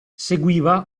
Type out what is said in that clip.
seguiva